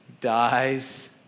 dies